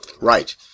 Right